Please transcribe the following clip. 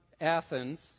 Athens